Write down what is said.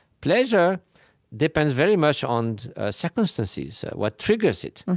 pleasure depends very much on circumstances, what triggers it.